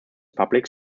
public